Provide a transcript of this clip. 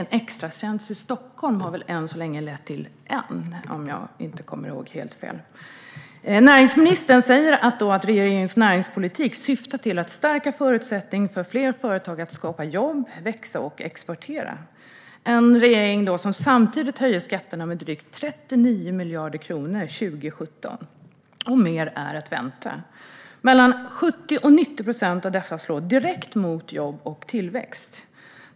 En extratjänst i Stockholm har väl än så länge lett till ett, om jag inte kommer ihåg helt fel. Näringsministern säger att regeringens näringspolitik syftar till att stärka förutsättningar för fler företag att skapa jobb, växa och exportera. Det är en regering som samtidigt höjer skatterna med drygt 39 miljarder kronor 2017, och mer är att vänta. Mellan 70 och 90 procent av dessa slår direkt mot jobb och tillväxt.